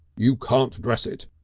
you can't dress it.